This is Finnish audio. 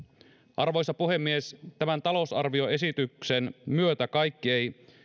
arvoisa puhemies tämän talousarvioesityksen myötä kaikki ei